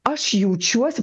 aš jaučiuosi